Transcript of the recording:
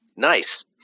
Nice